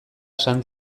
esan